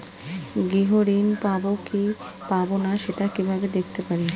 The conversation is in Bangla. গৃহ ঋণ পাবো কি পাবো না সেটা কিভাবে দেখতে পারি?